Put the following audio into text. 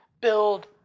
build